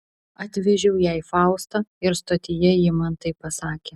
atvežiau jai faustą ir stotyje ji man tai pasakė